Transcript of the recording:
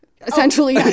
Essentially